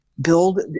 build